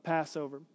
Passover